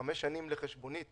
אתם מסכימים למה שירון העלה עכשיו?